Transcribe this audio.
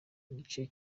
igice